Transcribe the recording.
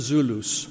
Zulus